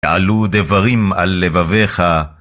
יעלו דברים על לבביך.